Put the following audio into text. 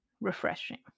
refreshing